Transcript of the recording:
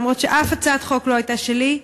למרות שאף הצעת חוק לא הייתה שלי,